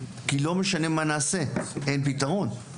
כי לא משנה מה נעשה, אין פתרון.